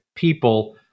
people